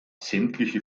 sämtliche